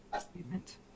statement